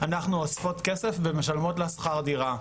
אנחנו אוספות כסף ומשלמות לה שכר דירה,